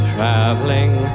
Traveling